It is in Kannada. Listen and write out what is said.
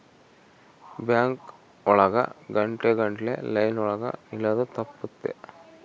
ಬ್ಯಾಂಕ್ ಒಳಗ ಗಂಟೆ ಗಟ್ಲೆ ಲೈನ್ ಒಳಗ ನಿಲ್ಲದು ತಪ್ಪುತ್ತೆ